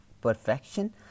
perfection